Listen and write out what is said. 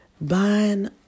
buying